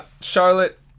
charlotte